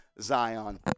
Zion